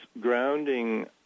grounding